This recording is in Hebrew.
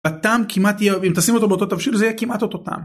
הטעם כמעט יהיה... אם תשים אותו באותו תבשיל, זה יהיה כמעט אותו טעם.